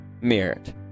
merit